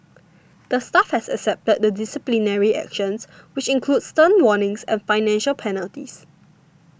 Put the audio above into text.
the staff has accepted the disciplinary actions which include stern warnings and financial penalties